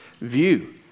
view